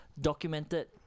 documented